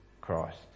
Christ